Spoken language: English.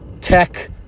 tech